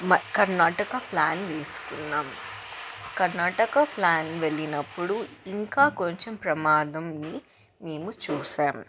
Karnataka plan వేసుకున్నాం Karnataka plan వెళ్ళినప్పుడు ఇంకా కొంచెం ప్రమాదంని మేము చూసాం